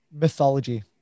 mythology